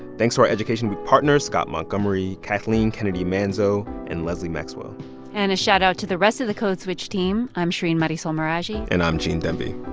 thanks to our education week partners scott montgomery, kathleen kennedy manzo and lesli maxwell and a shout out to the rest of the code switch team. i'm shereen marisol meraji and i'm gene demby.